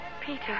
Peter